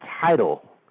title